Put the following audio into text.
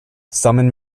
summon